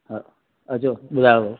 हा अचो ॿुधायो